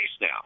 now